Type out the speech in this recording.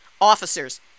officers